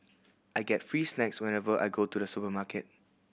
I get free snacks whenever I go to the supermarket